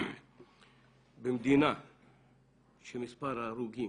במדינה שמספר ההרוגים